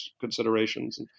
considerations